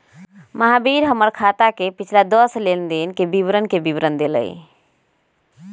महावीर हमर खाता के पिछला दस लेनदेन के विवरण के विवरण देलय